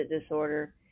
disorder